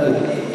ודאי.